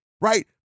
right